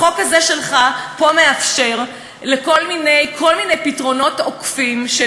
החוק הזה שלך פה מאפשר כל מיני פתרונות עוקפים של